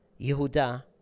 Yehuda